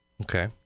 Okay